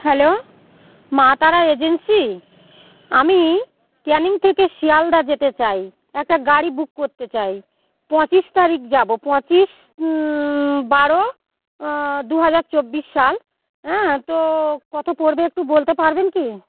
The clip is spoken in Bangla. হ্যালো মা তারা এজেন্সি আমি ক্যানিং থেকে শিয়ালদা যেতে চাই একটা গাড়ি বুক করতে চাই পঁচিশ তারিখ যাব পঁচিশ বারো দুহাজার চব্বিশ সাল অ্যাঁ তো কত পড়বে একটু বলতে পারবেন কি